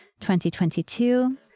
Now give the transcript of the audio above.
2022